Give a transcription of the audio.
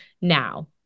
now